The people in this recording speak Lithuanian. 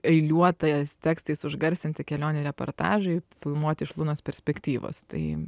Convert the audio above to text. eiliuotais tekstais užgarsinti kelionių reportažai filmuoti iš lunos perspektyvos tai